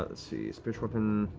ah see. spiritual weapon,